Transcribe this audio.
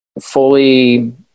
fully